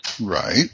right